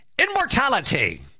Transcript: immortality